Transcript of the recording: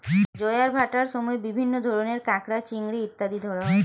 জোয়ার ভাটার সময় বিভিন্ন ধরনের কাঁকড়া, চিংড়ি ইত্যাদি ধরা হয়